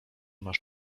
masz